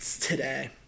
today